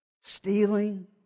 Stealing